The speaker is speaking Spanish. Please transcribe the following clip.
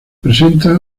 presenta